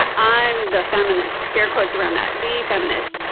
i'm the feminist, scare quotes around that the feminist.